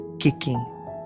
kicking